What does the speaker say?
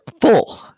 full